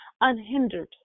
unhindered